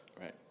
right